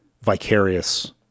vicarious